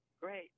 great